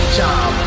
job